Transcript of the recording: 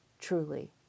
Truly